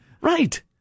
Right